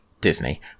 Disney